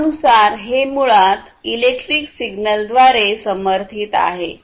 नावानुसार हे मुळात इलेक्ट्रिक सिग्नलद्वारे समर्थित आहेत